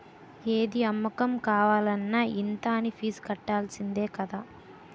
ఏది అమ్మకం కావాలన్న ఇంత అనీ ఫీజు కట్టాల్సిందే కదా